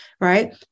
right